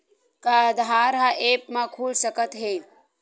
का आधार ह ऐप म खुल सकत हे?